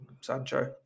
Sancho